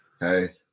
Hey